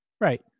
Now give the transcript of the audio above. Right